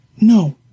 No